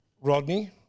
Rodney